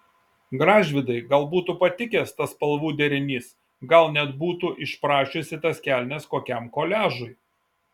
gražvydai gal būtų patikęs tas spalvų derinys gal net būtų išprašiusi tas kelnes kokiam koliažui